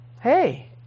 hey